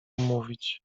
mówić